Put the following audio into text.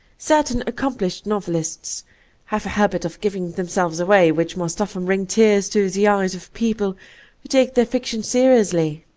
certain accom plished novelists have a habit of giving themselves away which must often bring tears to the eyes of people who take their fiction seriously.